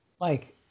Mike